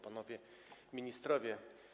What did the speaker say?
Panowie Ministrowie!